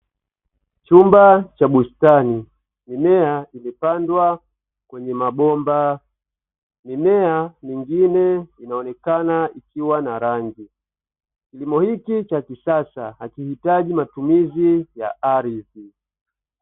Chumba cha bustani. Mimea imepandwa kwenye mabomba, mimea mingine inaonekana ikiwa na rangi. Kilimo hiki cha kisasa hakihitaji matumizi ya ardhi.